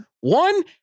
One